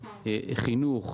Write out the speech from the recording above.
חינוך,